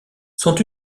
sont